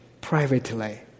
privately